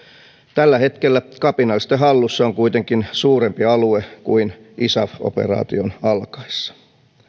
tällä hetkellä kapinallisten hallussa on kuitenkin suurempi alue kuin isaf operaation alkaessa